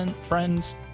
friends